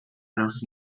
los